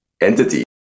entity